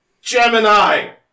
Gemini